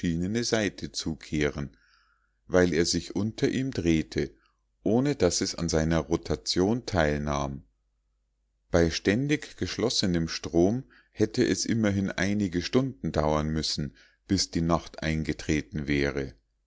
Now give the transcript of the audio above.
seite zukehren weil er sich unter ihm drehte ohne daß es an seiner rotation teilnahm bei ständig geschlossenem strom hätte es immerhin einige stunden dauern müssen bis die nacht eingetreten wäre